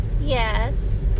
Yes